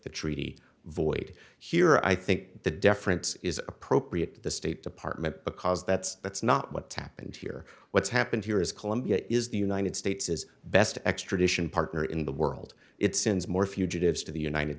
the treaty void here i think the difference is appropriate to the state department because that's that's not what happened here what's happened here is colombia is the united states is best extradition partner in the world its sins more fugitives to the united